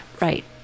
Right